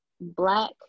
Black